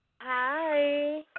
Hi